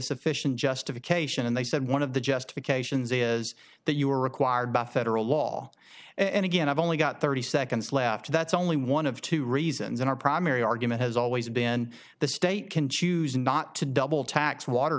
sufficient justification and they said one of the justifications is that you are required by federal law and again i've only got thirty seconds left that's only one of two reasons in our primary argument has always been the state can choose not to double tax water